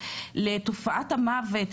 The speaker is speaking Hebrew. לתופעת המוות,